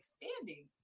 expanding